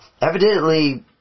Evidently